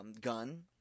gun